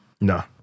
No